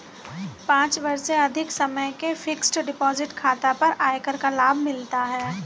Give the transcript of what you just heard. पाँच वर्ष से अधिक समय के फ़िक्स्ड डिपॉज़िट खाता पर आयकर का लाभ मिलता है